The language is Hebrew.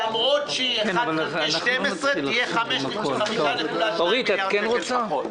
למרות שהיא 1 חלקי 12, תהיה 5.2 מיליארד שקל פחות.